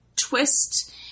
twist